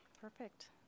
perfect